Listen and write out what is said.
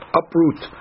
uproot